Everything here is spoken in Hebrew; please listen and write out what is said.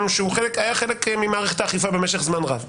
שהוא היה חלק ממערכת האכיפה במשך זמן רב,